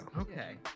Okay